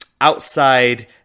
outside